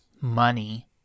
money